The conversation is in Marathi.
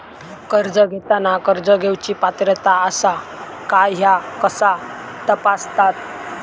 कर्ज घेताना कर्ज घेवची पात्रता आसा काय ह्या कसा तपासतात?